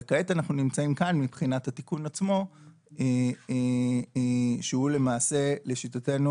וכעת אנחנו נמצאים כאן מבחינת התיקון עצמו שהוא למעשה לשיטתנו